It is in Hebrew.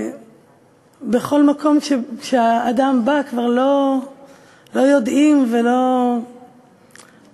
שבכל מקום שהאדם בא כבר לא יודעים ולא מקלים,